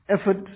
effort